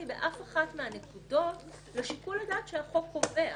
באף אחת מהנקודות לשיקול הדעת שהחוק קובע.